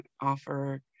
offer